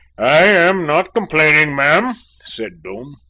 i am not complaining, ma'am, said doom.